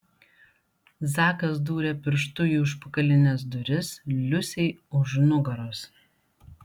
zakas dūrė pirštu į užpakalines duris liusei už nugaros